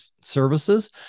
services